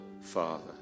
father